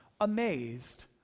amazed